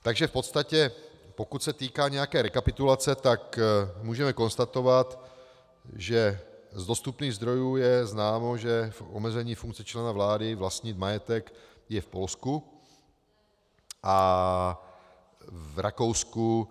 Takže v podstatě pokud se týká nějaké rekapitulace, tak můžeme konstatovat, že z dostupných zdrojů je známo, že omezení funkci člena vlády vlastnit majetek je v Polsku a v Rakousku.